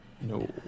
No